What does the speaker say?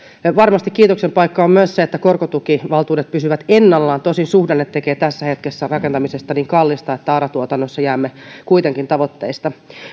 varmasti kiitoksen paikka on myös se että korkotukivaltuudet pysyvät ennallaan tosin suhdanne tekee tässä hetkessä rakentamisesta niin kallista että ara tuotannossa jäämme kuitenkin tavoitteista